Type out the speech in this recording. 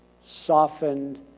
softened